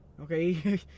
Okay